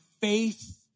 faith